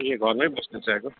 ए घरमै बस्ने चाहिएको